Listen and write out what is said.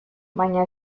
baina